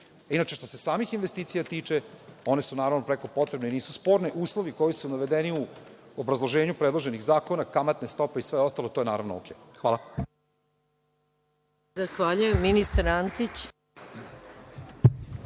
Inače, što se samih investicija tiče one su naravno preko potrebne i nisu sporne. Uslovi koji su navedeni u obrazloženju predloženih zakona, kamatne stope i sve ostalo, to je naravno u redu. Hvala.